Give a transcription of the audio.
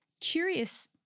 curious